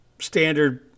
standard